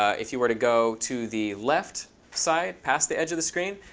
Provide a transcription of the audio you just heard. ah if you were to go to the left side past the edge of the screen,